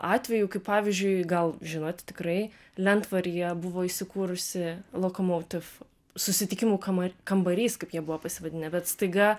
atvejų kai pavyzdžiui gal žinot tikrai lentvaryje buvo įsikūrusi lokomoutif susitikimų kama kambarys kaip jie buvo pasivadinę bet staiga